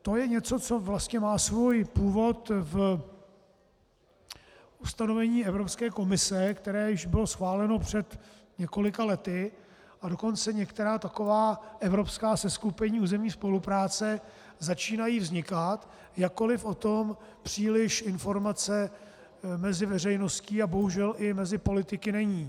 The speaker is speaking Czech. To je něco, co vlastně má svůj původ v ustanovení Evropské komise, které již bylo schváleno před několika lety, a dokonce některá taková evropská seskupení územní spolupráce začínají vznikat, jakkoli o tom příliš informace mezi veřejností a bohužel i mezi politiky není.